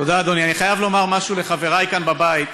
חייב לומר משהו לחברי כאן בבית.